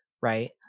right